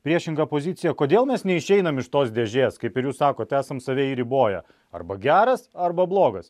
priešingą poziciją kodėl mes neišeinam iš tos dėžės kaip ir jūs sakote esam save įriboję arba geras arba blogas